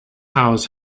house